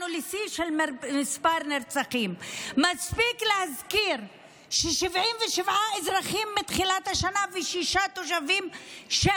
מספיק להזכיר ש-77 אזרחים ו-6 תושבים של